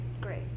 Great